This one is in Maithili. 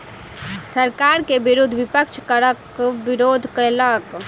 सरकार के विरुद्ध विपक्ष करक विरोध केलक